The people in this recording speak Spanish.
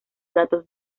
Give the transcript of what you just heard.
datos